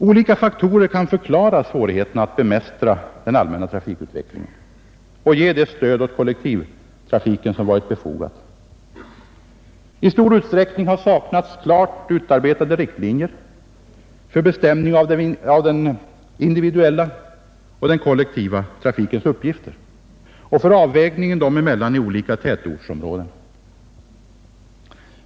Olika faktorer kan förklara svårigheten att bemästra den allmänna trafikutvecklingen och ge det stöd åt kollektivtrafiken som varit befogat. I stor utsträckning har det saknats klart utarbetade riktlinjer för bestämning av den individuella och den kollektiva trafikens uppgifter och för avvägning dem emellan i olika tätortsområden.